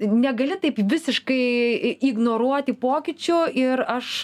negali taip visiškai ignoruoti pokyčių ir aš